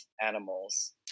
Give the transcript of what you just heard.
animals